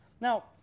Now